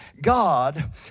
God